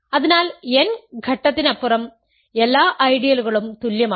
അതിനാൽ n ഘട്ടത്തിനപ്പുറം എല്ലാ ഐഡിയലുകളും തുല്യമാണ്